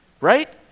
right